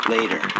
Later